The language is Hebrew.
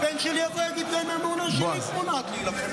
הבן שלי יגיד: גם האמונה שלי מונעת להילחם,